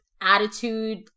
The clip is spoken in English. attitude